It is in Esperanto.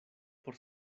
por